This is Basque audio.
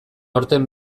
aurten